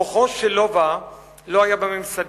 כוחו של לובה לא היה בממסדים,